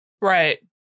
Right